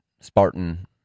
spartan